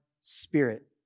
spirit